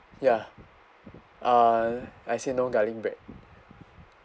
ya uh I said no garlic bread